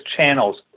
channels